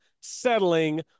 settling